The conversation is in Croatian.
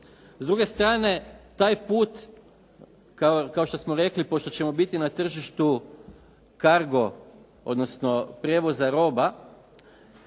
S druge strane, taj put kao što smo rekli, pošto ćemo biti na tržištu cargo, odnosno prijevoza roba